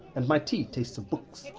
and my tea tastes of books.